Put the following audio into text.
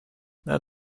that